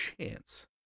chance